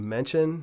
Mention